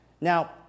Now